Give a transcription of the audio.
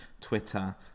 Twitter